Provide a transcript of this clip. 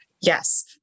Yes